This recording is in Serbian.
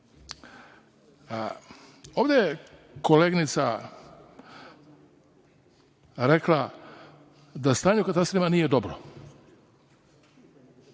ovde je koleginica rekla da stanje u katastrima nije dobro.